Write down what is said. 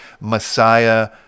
Messiah